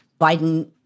Biden